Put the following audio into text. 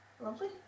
lovely